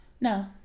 No